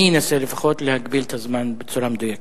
אני אנסה לפחות להגביל את הזמן בצורה מדויקת.